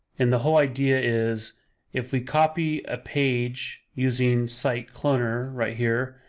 and the whole idea is if we copy a page using site cloner right here,